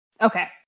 Okay